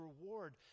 reward